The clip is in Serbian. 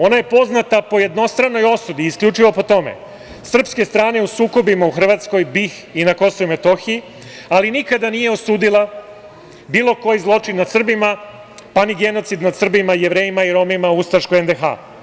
Ona je poznata po jednostranoj osudi, isključivo po tome, srpske strane u sukobima u Hrvatskoj, BiH i na KiM, ali nikada nije osudila bilo koji zločin nad Srbima, pa ni genocid nad Srbima, Jevrejima i Romima u ustaškoj NDH.